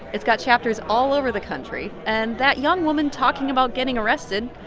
it's got chapters all over the country. and that young woman talking about getting arrested,